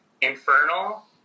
Infernal